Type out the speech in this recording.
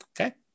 Okay